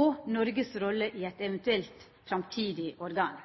og Noregs rolle i eit eventuelt framtidig organ.